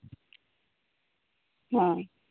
ᱦᱚᱸ